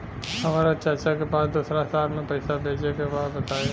हमरा चाचा के पास दोसरा शहर में पईसा भेजे के बा बताई?